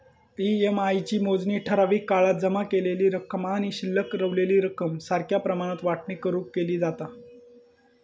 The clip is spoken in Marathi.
ई.एम.आय ची मोजणी ठराविक काळात जमा केलेली रक्कम आणि शिल्लक रवलेली रक्कम सारख्या प्रमाणात वाटणी करून केली जाता